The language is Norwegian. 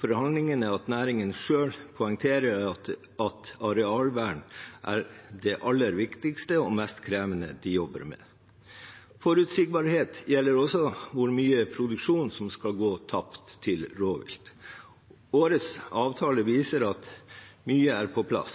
forhandlingene at næringen selv poengterer at arealvern er det aller viktigste og mest krevende de jobber med. Forutsigbarhet gjelder også hvor mye av produksjonen som vil gå tapt til rovvilt. Årets avtale viser at mye er på plass.